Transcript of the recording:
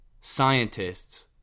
scientists